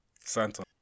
Santa